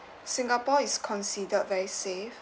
singapore is considered very safe